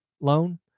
loan